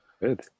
Good